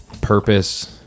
purpose